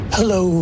Hello